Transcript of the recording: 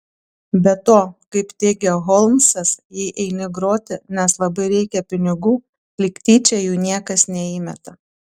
be to kaip teigia holmsas jei eini groti nes labai reikia pinigų lyg tyčia jų niekas neįmeta